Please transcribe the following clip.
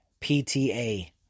PTA